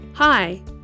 Hi